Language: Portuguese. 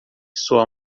sua